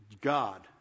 God